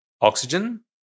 oxygen